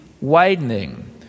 widening